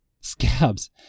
Scabs